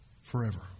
forever